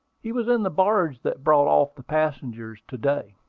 he was in the barge that brought off the passengers to-day.